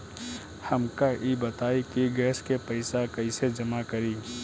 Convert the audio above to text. हमका ई बताई कि गैस के पइसा कईसे जमा करी?